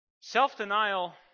Self-denial